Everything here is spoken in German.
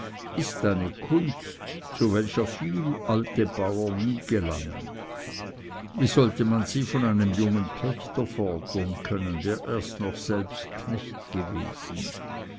ist eine kunst zu welcher viele alte bauern nie gelangen wie sollte man sie von einem jungen pächter fordern können der erst noch selbst knecht gewesen